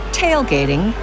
tailgating